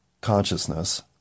consciousness